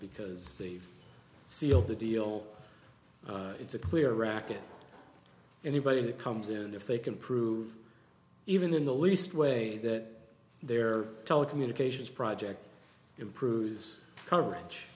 because they've sealed the deal it's a clear racket anybody that comes in and if they can prove even in the least way that their telecommunications project improves coverage